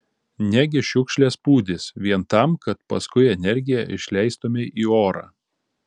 negi šiukšles pūdys vien tam kad paskui energiją išleistumei į orą